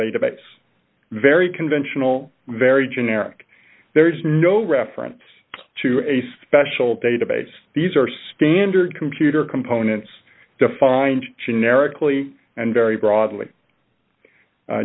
database very conventional very generic there is no reference to a special database these are standard computer components defined generically and very broad